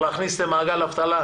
להכניס למעגל אבטלה,